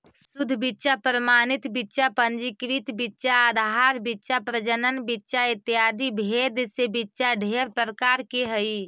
शुद्ध बीच्चा प्रमाणित बीच्चा पंजीकृत बीच्चा आधार बीच्चा प्रजनन बीच्चा इत्यादि भेद से बीच्चा ढेर प्रकार के हई